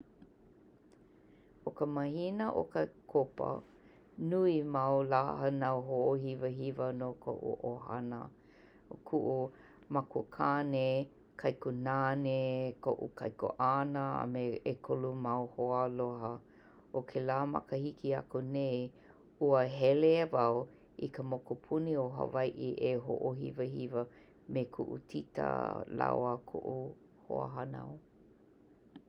ʻO ka mahina Okakopa, nui mau lā hānau hoʻohiwahiwa no koʻu ʻohana. ʻO kuʻu makuakane, kaikunāne, koʻu kaikuaʻana a me ʻekolu mau hoa hānau. ʻO kēlā makahiki aku nei, ua hele wau i ka mokupuni o Hawaiʻi e hoʻohiwahiwa me kuʻu Tita lāua koʻu hoa hānau.